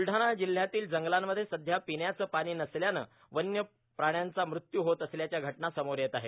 ब्लढाणा जिल्ह्यातील जंगलामध्ये सध्या पपण्याचं पाणी नसल्यानं वन्य प्राण्यांचा मृत्यू होत असल्याच्या घटना समोर येत आहेत